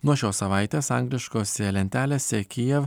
nuo šios savaitės angliškose lentelėse kijevo